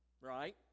right